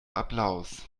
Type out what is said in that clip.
applaus